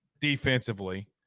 defensively